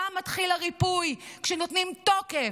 שם מתחיל הריפוי, כשנותנים תוקף.